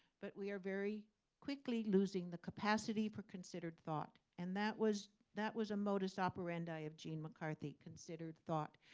but we are very quickly losing the capacity for considered thought. and that was that was a modus operandi of gene mccarthy considered thought.